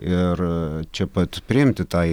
ir čia pat priimti tą